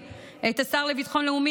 זה לא מאוחר.